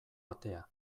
atea